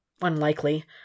Unlikely